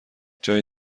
جای